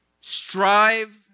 Strive